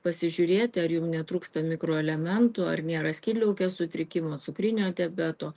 pasižiūrėti ar jum netrūksta mikroelementų ar nėra skydliaukės sutrikimo cukrinio diabeto